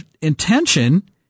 intention